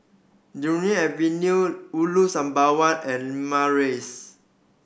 Avenue Ulu Sembawang and Limau Rise